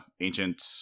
ancient